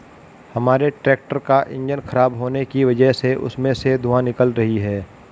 हमारे ट्रैक्टर का इंजन खराब होने की वजह से उसमें से धुआँ निकल रही है